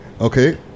Okay